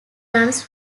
runs